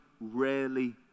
rarely